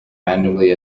randomly